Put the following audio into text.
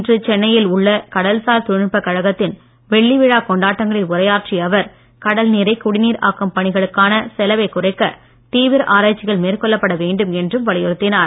இன்று சென்னையில் உள்ள கடல்சார் தொழில்நுட்ப கழகத்தின் வெள்ளி விழா கொண்டாட்டங்களில் உரையாற்றிய அவர் கடல் நீரை குடிநீர் ஆக்கும் பணிகளுக்கான செலவை குறைக்க தீவிர ஆராய்ச்சிகள் மேற்கொள்ளப்பட வேண்டும் என்றும் வலியுறுத்தினார்